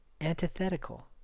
Antithetical